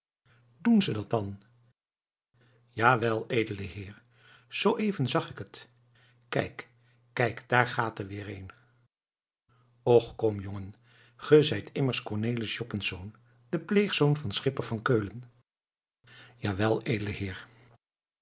doen ze dat dan jawel edele heer zoo even zag ik het kijk kijk daar gaat er weer een och kom jongen ge zijt immers cornelis joppensz de pleegzoon van schipper van keulen jawel edele heer